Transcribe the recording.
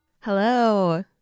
Hello